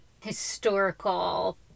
historical